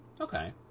Okay